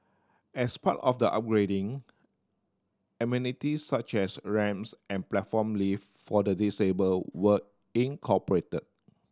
as part of the upgrading amenities such as ramps and a platform lift for the disabled were incorporated